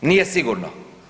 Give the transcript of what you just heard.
Nije sigurno.